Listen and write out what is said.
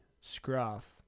scruff